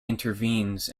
intervenes